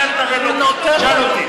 אל תשאל את הראל לוקר, תשאל אותי.